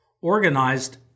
organized